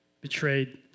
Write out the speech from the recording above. betrayed